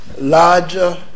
Larger